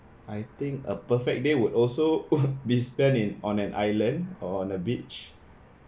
I think a perfect day would also be spend in on an island or on the beach